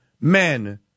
men